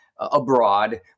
abroad